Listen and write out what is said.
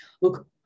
look